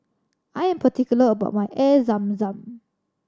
I am particular about my Air Zam Zam